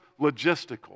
logistical